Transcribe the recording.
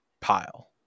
pile